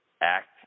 act